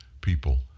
people